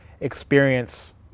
Experience